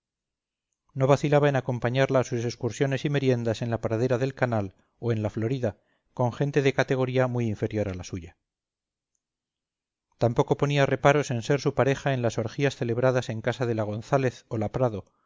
no vacilaba en acompañarla a sus excursiones y meriendas en la pradera del canal o en la florida con gente de categoría muy inferior a la suya tampoco ponía reparos en ser su pareja en las orgías celebradas en casa de la gonzález o la prado